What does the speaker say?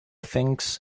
things